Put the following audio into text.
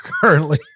currently